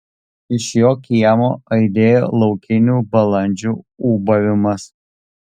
iš jo kiemo aidėjo laukinių balandžių ūbavimas